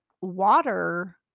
water